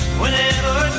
whenever